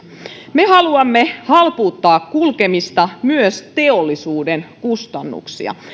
me haluamme halpuuttaa kulkemista ja myös teollisuuden kustannuksia